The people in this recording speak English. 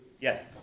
Yes